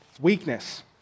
weakness